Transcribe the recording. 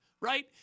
right